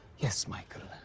yes michael.